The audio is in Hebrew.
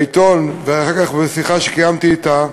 מהעיתון, ואחר כך משיחה שקיימתי אתה,